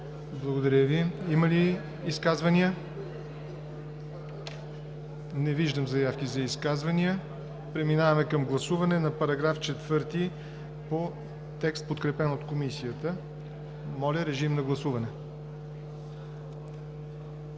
Благодаря Ви. Има ли изказвания? Не виждам заявки за изказвания. Преминаваме към гласуване на § 4 по текст, подкрепен от Комисията. Моля, режим на гласуване.